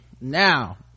Now